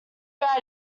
add